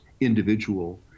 individual